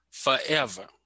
forever